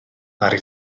ddaru